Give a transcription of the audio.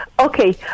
Okay